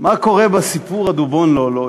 מה קורה בסיפור "הדובון לאלא"?